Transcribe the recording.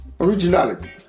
Originality